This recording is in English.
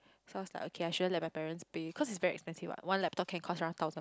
so I was like okay I shouldn't let my parents pay cause is very expensive what one laptop can cost aroung thousand